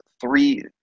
three –